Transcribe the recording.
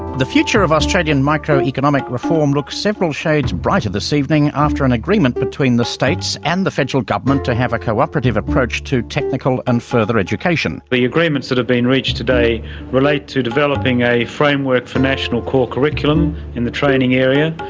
the future of australian microeconomic reform looks several shades brighter this evening after an agreement between the states and the federal government to have a cooperative approach to technical and further education. but the agreements that have been reached today relate to developing a framework for national core curriculum in the training area,